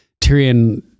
Tyrion